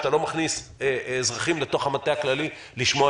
שאתה לא מכניס אזרחים לתוך המטה הכללי לשמוע